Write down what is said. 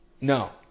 No